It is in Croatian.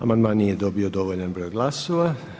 Amandman nije dobio dovoljan broj glasova.